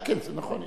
כן, זה נכון.